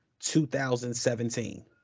2017